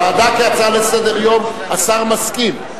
לוועדה כהצעה לסדר-היום השר מסכים.